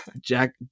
Jack